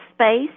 space